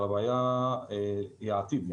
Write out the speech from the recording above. אבל הבעיה היא העתיד.